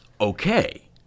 Okay